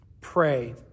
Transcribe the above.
pray